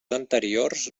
anteriors